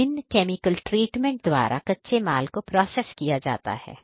विभिन्न chemical treatment द्वारा कच्चे माल को प्रोसेस किया जाता है